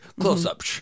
close-up